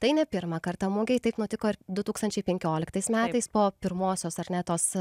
tai ne pirmą kartą mugėje taip nutiko du tūkstančiai penkioliktais metais po pirmosios ar ne tos